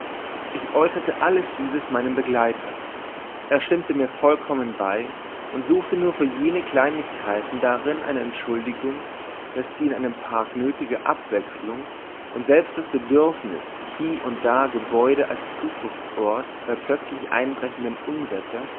ich äußerte alles dieses meinem begleiter er stimmte mir vollkommen bei und suchte nur für jene kleinigkeiten darin eine entschuldigung daß die in einem park nötige abwechslung und selbst das bedürfnis hie und da gebäude als zufluchtsort bei plötzlich einbrechendem unwetter